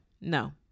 no